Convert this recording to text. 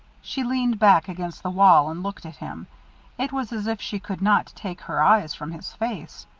she leaned back against the wall and looked at him it was as if she could not take her eyes from his face.